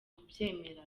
kubyemera